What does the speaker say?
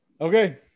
Okay